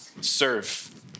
serve